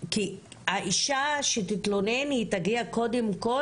האישה שתתלונן תגיע קודם כל,